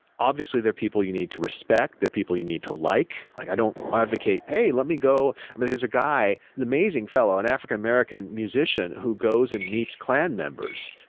obviously, they're people you need to respect. they're people you need to like. like i don't advocate, hey, let me go i mean, there's is a guy, an amazing fellow, an african-american musician who goes and meets clan members.